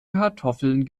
kartoffeln